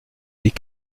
des